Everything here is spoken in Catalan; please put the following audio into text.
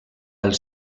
els